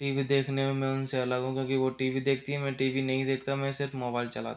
T V देखने में मैं उनसे अलग हूँ क्योंकि वो टी वी देखती हैं मैं टी वी नहीं देखता मैं सिर्फ मोबाइल चलाता हूँ